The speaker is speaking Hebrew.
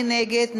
מי נגד?